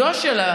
זו השאלה.